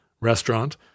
restaurant